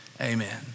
Amen